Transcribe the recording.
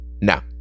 now